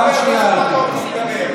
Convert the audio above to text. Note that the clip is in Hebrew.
בפעם השנייה הערתי לך.